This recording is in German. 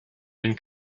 den